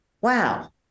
wow